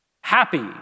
Happy